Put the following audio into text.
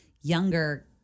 younger